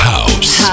House